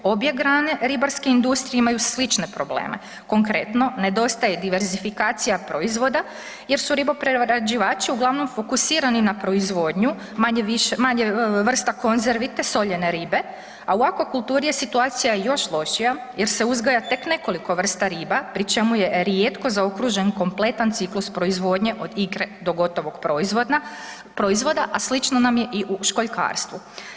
Obje grane ribarske industrije imaju slične probleme, konkretno nedostaje diverzifikacija proizvoda jer su riboprerađivači uglavnom fokusirani na proizvodnju, manje-više, manje vrsta konzervite soljene ribe, a u akvakulturi je situacija još lošija jer se uzgaja tek nekoliko vrsta riba pri čemu je rijetko zaokružen kompletan ciklus proizvodnje od ikre do gotovog proizvoda, a slično nam je i u školjkarstvu.